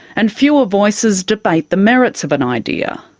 and fewer voices debate the merits of an idea,